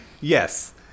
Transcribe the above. Yes